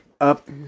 up